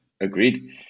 agreed